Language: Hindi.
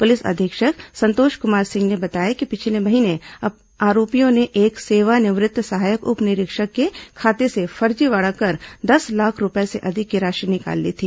पुलिस अधीक्षक संतोष कुमार सिंह ने बताया कि पिछले महीने आरोपियों ने एक सेवानिवृत्त सहायक उप निरीक्षक के खाते से फर्जीवाड़ा कर दस लाख रूपए से अधिक की राशि निकाल ली थी